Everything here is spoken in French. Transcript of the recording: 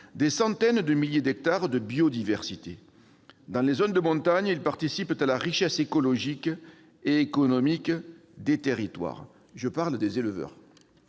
des centaines de milliers d'hectares de biodiversité. Dans les zones de montagne, les éleveurs participent à la richesse écologique et économique des territoires. Le pastoralisme et